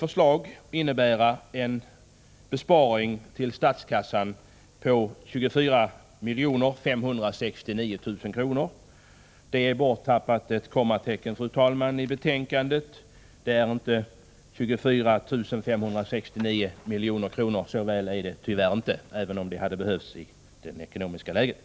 Förslaget innebär en besparing för statskassan på 24 569 000 kr. Det handlar tyvärr inte om 24 569 milj.kr., som det felaktigt står i betänkandet, även om detta hade behövts i det nuvarande ekonomiska läget.